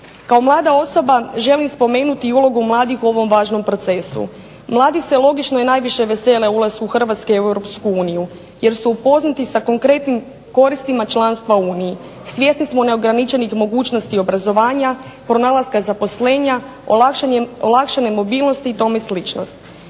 Kao mlada osoba želim spomenuti i ulogu mladih u ovom važnom procesu. Mladi se logično i najviše vesele ulasku Hrvatske u EU jer su upoznati sa konkretnim koristima članstva u Uniji, svjesni smo neograničenih mogućnosti obrazovanja, pronalaska zaposlenja, olakšane mobilnosti i tome slično.